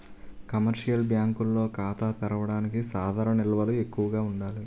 commercial బ్యాంకుల్లో ఖాతా తెరవడానికి సాధారణ నిల్వలు ఎక్కువగా ఉండాలి